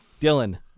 Dylan